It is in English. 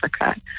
Africa